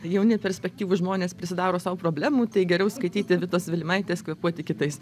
jauni perspektyvūs žmonės prisidaro sau problemų tai geriau skaityti vitos vilimaitės kvėpuoti kitais